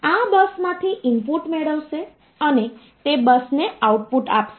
આ બસમાંથી ઇનપુટ મેળવશે અને તે બસને આઉટપુટ આપશે